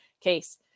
case